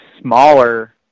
smaller